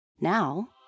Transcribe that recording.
Now